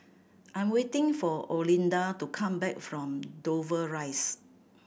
I'm waiting for Olinda to come back from Dover Rise